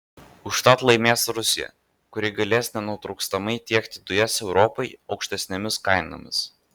užtat laimės rusija kuri galės nenutrūkstamai tiekti dujas europai aukštesnėmis kainomis